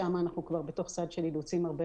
שם אנחנו כבר בתוך סד של אילוצים הרבה